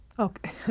Okay